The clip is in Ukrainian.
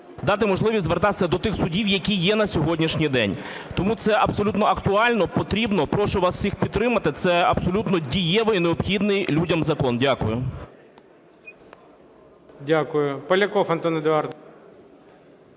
дати можливість звертатися до тих судів, які є на сьогоднішній день. Тому це абсолютно актуально, потрібно. Прошу вас всіх підтримати. Це абсолютно дієвий і необхідний людям закон. Дякую. ГОЛОВУЮЧИЙ. Дякую. Поляков Антон Едуардович.